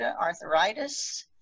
arthritis